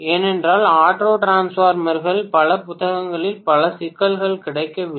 ஏனென்றால் ஆட்டோ டிரான்ஸ்ஃபார்மர்கள் பல புத்தகங்களில் பல சிக்கல்கள் கிடைக்கவில்லை